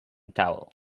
towel